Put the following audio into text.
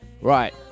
Right